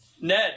Ned